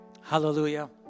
Hallelujah